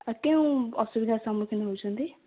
ଆଉ କେଉଁ ଅସୁବିଧାର ସମ୍ମୁଖୀନ ହେଉଛନ୍ତି